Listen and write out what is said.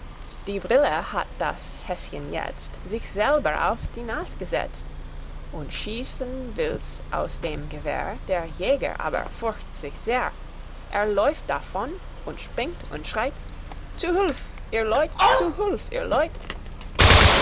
die brille hat das häschen jetzt sich selbst auf seine nas gesetzt und schießen will's aus dem gewehr der jäger aber fürcht sich sehr er läuft davon und springt und schreit zu hilf ihr leut zu hilf ihr